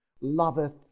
loveth